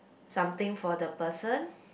something for the person